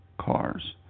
cars